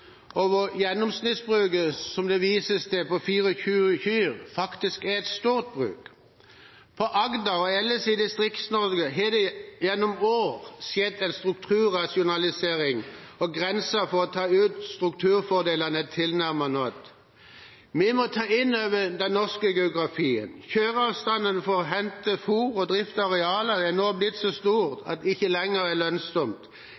og hvor gjennomsnittsbruket, som det vises til på 24 kyr, faktisk er et stort bruk. På Agder og ellers i Distrikts-Norge har det gjennom år skjedd en strukturrasjonalisering, og grensene for å ta ut strukturfordelene er tilnærmet nådd. Vi må ta inn over oss den norske geografien. Kjøreavstanden for å hente fôr og drifte arealer er nå blitt så